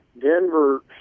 Denver